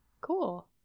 Cool